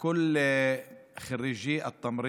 להלן תרגומם: לכל בוגרי הסיעוד